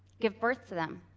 give birth to them,